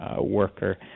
worker